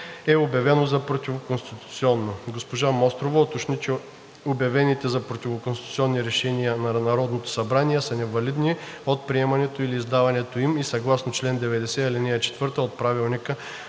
е обявено за противоконституционно. Госпожа Мострова уточни, че обявените за противоконституционни решения на Народното събрание са невалидни от приемането или издаването им и съгласно чл. 90, ал. 4 от Правилника